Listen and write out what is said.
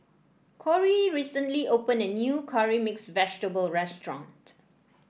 Corey recently opened a new Curry Mixed Vegetable restaurant